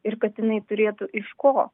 ir katinai turėtų iš ko